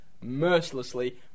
mercilessly